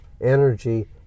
energy